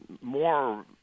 more